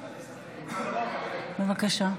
בבקשה,